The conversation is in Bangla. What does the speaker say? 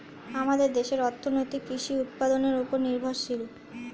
আমাদের দেশের অর্থনীতি কৃষি উৎপাদনের উপর নির্ভরশীল